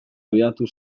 abiatu